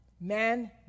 man